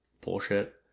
Bullshit